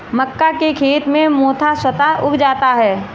मक्का के खेत में मोथा स्वतः उग जाता है